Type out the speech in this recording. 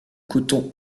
coton